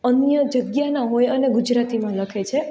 અન્ય જગ્યાના હોય અને ગુજરાતીમાં લખે છે